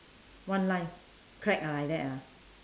one line crack ah like that ah